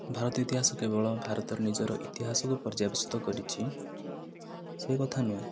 ଭାରତ ଇତିହାସ କେବଳ ଭାରତର ନିଜର ଇତିହାସକୁ ପର୍ଯ୍ୟବେସିତ କରିଛି ସେ କଥା ନୁହେଁ